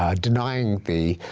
ah denying the